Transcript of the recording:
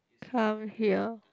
come here